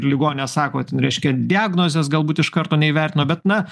ligoninė sako ten reiškia diagnozės galbūt iš karto neįvertino bet na